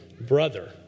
brother